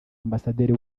ambasaderi